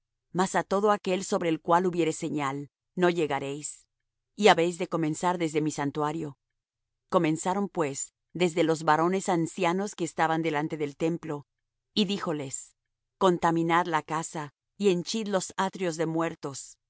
mas á todo aquel sobre el cual hubiere señal no llegaréis y habéis de comenzar desde mi santuario comenzaron pues desde los varones ancianos que estaban delante del templo y díjoles contaminad la casa y henchid los atrios de muertos